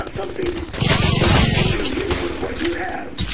um something ah you can do given with what you have?